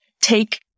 Take